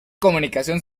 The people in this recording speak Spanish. comunicación